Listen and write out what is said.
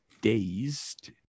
dazed